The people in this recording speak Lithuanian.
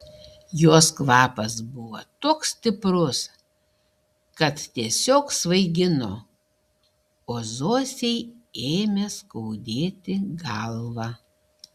jos kvapas buvo toks stiprus kad tiesiog svaigino o zosei ėmė skaudėti galvą